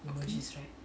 okay